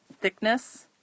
thickness